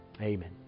Amen